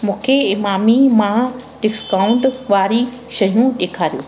मूंखे इमामी मां डिस्काउंट वारी शयूं ॾेखारियो